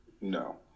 no